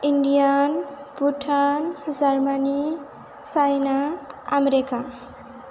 India Bhutan Germany China America